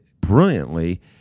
brilliantly